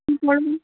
কী করবেন